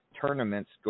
tournaments